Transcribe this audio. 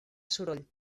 soroll